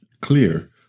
Clear